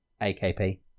AKP